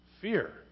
Fear